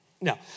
No